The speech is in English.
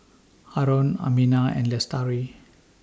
Haron Aminah and Lestari